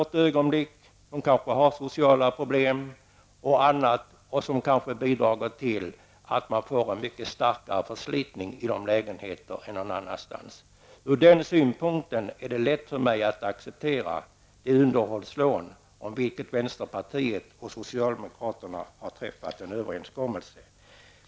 Att dessa bostadssökande har sociala problem kan bidra liksom annat till att man får en starkare förslitning av dessa lägenheter. Sett ur den synpunkten är det lätt för mig att acceptera underhållslån, om vilket vänsterpartiet och socialdemokraterna har träffat en överenskommelse.